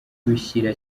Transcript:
bishyira